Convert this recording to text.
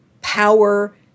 power